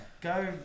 go